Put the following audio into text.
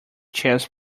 chess